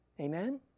Amen